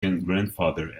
grandfather